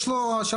יש לו מתנ"סים,